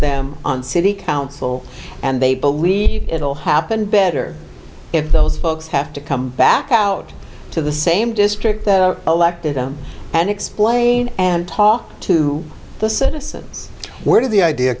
them on city council and they believe it will happen better if those folks have to come back out to the same district that elected them and explain and talk to the citizens where did the idea